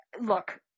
Look